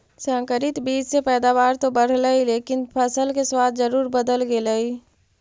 संकरित बीज से पैदावार तो बढ़लई लेकिन फसल के स्वाद जरूर बदल गेलइ